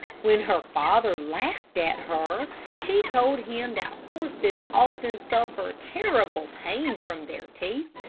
when her father laughed at her, she told him that horses often suffer terrible pain from their teeth,